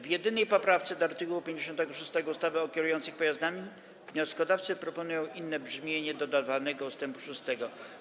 W jedynej poprawce do art. 56 ustawy o kierujących pojazdami wnioskodawcy proponują inne brzmienie dodawanego ust. 6.